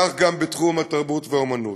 כך גם בתחום התרבות והאמנות.